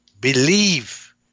believe